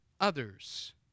others